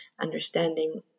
understanding